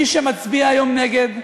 מי שמצביע היום נגד,